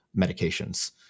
medications